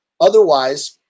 Otherwise